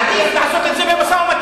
עדיף לעשות את זה במשא-ומתן,